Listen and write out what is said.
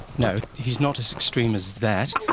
no, he's not as extreme as that.